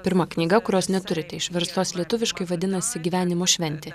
pirma knyga kurios neturite išverstos lietuviškai vadinasi gyvenimo šventė